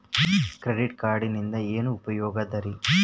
Credit ಕಾರ್ಡಿನಿಂದ ಏನು ಉಪಯೋಗದರಿ?